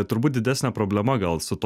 turbūt didesnė problema gal su to